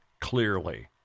clearly